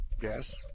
Yes